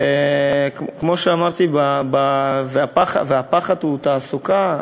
וכמו שאמרתי, הפחד הוא מהתעסוקה?